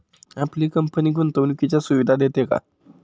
आपली कंपनी गुंतवणुकीच्या सुविधा देते का?